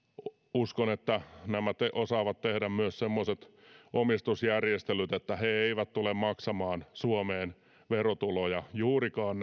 uskon että nämä osaavat tehdä myös semmoiset omistusjärjestelyt että he eivät tule maksamaan suomeen juurikaan